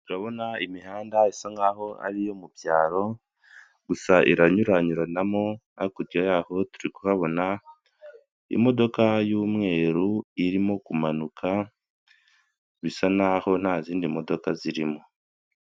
Imihanda isa nkaho ari iyo mu byaro gusa iranyuyuranamo, hakurya yaho hari imodoka y'umweru irimo kumanuka isa naho nta zindi modoka zirimo.